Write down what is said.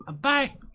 Bye